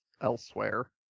elsewhere